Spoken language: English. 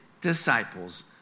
disciples